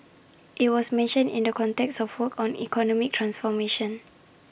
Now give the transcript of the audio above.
IT was mentioned in the context of work on economic transformation